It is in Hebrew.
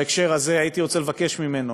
בהקשר הזה הייתי רוצה לבקש ממנו